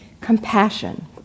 Compassion